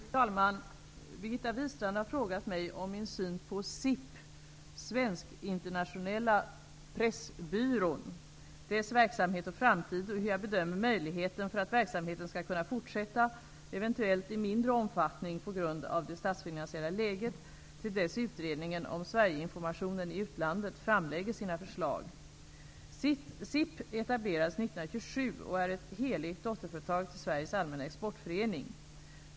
Fru talman! Birgitta Wistrand har frågat mig om min syn på SIP, Svensk-Internationella Pressbyrån, dess verksamhet och framtid och hur jag bedömer möjligheten för att verksamheten skall kunna fortsätta, eventuellt i mindre omfattning på grund av det statsfinansiella läget, till dess utredningen om Sverigeinformationen i utlandet framlägger sina förslag. SIP etablerades 1927 och är ett helägt dotterföretag till Sveriges Allmänna Exportförening.